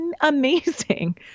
amazing